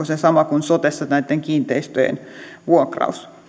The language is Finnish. se sama kuin sotessa kiinteistöjen vuokrauksen osalta